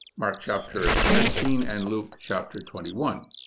mark chapter thirteen and luke chapter twenty one.